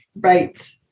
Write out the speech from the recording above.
Right